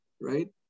right